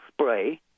spray